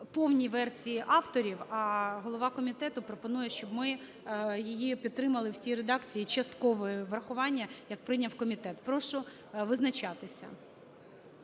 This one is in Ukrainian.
повній версії авторів, а голова комітету пропонує, щоб ми її підтримали в тій редакції часткового її врахування, як прийняв комітет. Прошу визначатися.